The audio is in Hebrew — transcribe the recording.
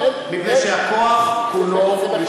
מפני שהכוח כולו נשאר,